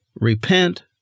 repent